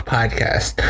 Podcast